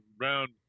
round